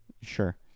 Sure